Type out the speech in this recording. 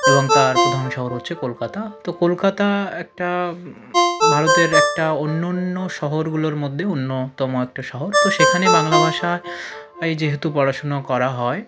এবং তার প্রধান শহর হচ্ছে কলকাতা তো কলকাতা একটা ভারতের একটা অন্য অন্য শহরগুলোর মদ্যে অন্যতম একটা শহর তো সেখানে বাংলা ভাষা এয় যেহেতু পড়াশুনো করা হয়